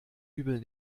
übel